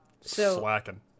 Slacking